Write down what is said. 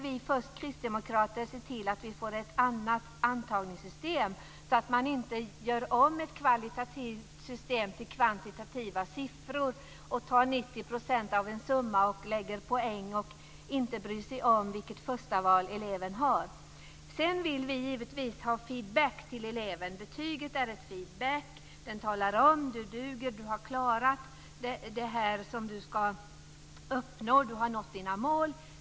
Vi kristdemokrater vill först se till att vi får ett annat antagningssystem så att man inte gör om ett kvalitativt system till kvantitativa siffror och tar 90 % av en summa och lägger poäng utan att bry sig om vilket förstaval eleven har. Sedan vill vi givetvis ha feedback till eleven. Betyget är en feedback. Det talar om att du duger. Du har klarat det du ska uppnå. Du har nått dina mål.